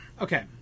okay